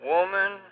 Woman